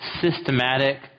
systematic